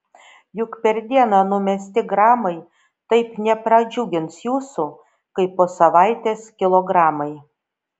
juk per dieną numesti gramai taip nepradžiugins jūsų kaip po savaitės kilogramai